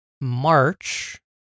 March